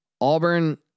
Auburn